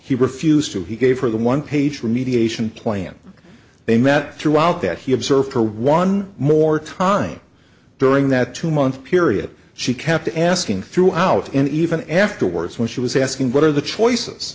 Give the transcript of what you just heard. he refused to he gave her the one page remediation plan they met throughout that he observed her one more time during that two month period she kept asking throughout and even afterwards when she was asking what are the choices